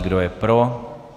Kdo je pro?